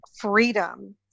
freedom